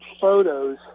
photos